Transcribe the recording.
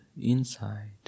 inside